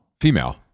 female